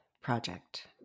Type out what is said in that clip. Project